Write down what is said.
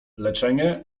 leczenie